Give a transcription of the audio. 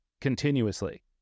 Continuously